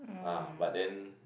ah but then